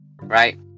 right